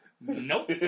Nope